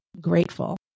grateful